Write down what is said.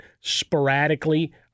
sporadically